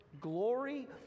glory